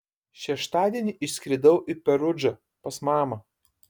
šeštadienį išskridau į perudžą pas mamą